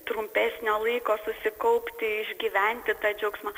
trumpesnio laiko susikaupti išgyventi tą džiaugsmą